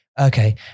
Okay